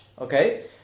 okay